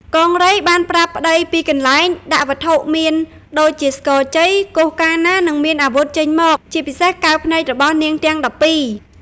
កង្រីបានប្រាប់ប្តីពីកន្លែងដាក់វត្ថុមានដូចជាស្គរជ័យ គោះកាលណានឹងមានអាវុធចេញមក ជាពិសេសកែវភ្នែករបស់នាងទាំង១២។